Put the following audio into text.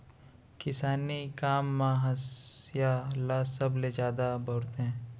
किसानी काम म हँसिया ल सबले जादा बउरथे